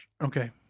Okay